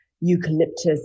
eucalyptus